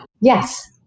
Yes